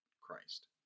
Christ